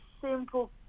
simple